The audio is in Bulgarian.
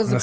за